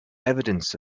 evidence